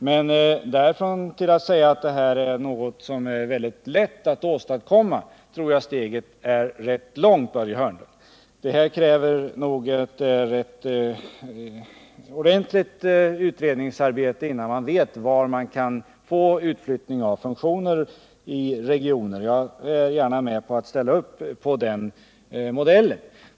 Men därifrån till att säga att detta är något som är mycket lätt att åstadkomma tror jag steget är rätt långt, Börje Hörnlund. Det här kräver nog ett rätt ordentligt utredningsarbete, innan man vet att man kan få utflyttning av funktioner till regioner, men jag ställer gärna upp på den modellen.